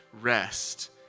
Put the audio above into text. rest